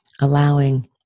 allowing